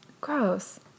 Gross